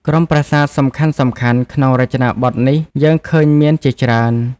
ក្រុមប្រាសាទសំខាន់ៗក្នុងរចនាបថនេះយើងឃើញមានជាច្រើន។